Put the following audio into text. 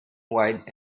white